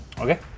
Okay